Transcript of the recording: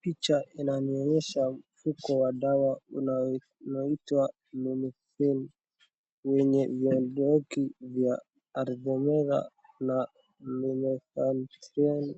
Picha inanionyesha kuwa dawa inaitwa Lumifen yenye vibao vya Artemether na Lumefantrine .